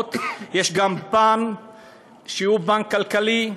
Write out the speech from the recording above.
ההסעות יש גם פן שהוא פן כלכלי.